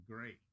great